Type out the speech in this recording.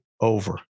over